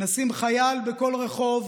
נשים חייל בכל רחוב,